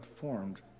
formed